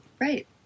Right